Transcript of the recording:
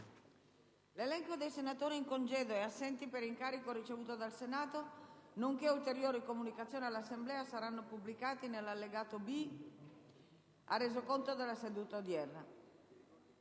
L'elenco dei senatori in congedo e assenti per incarico ricevuto dal Senato, nonché ulteriori comunicazioni all'Assemblea saranno pubblicati nell'allegato B al Resoconto della seduta odierna.